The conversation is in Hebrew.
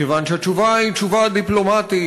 מכיוון שהתשובה היא תשובה דיפלומטית,